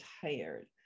tired